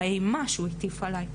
האימה שהוא היה מטיל עלי.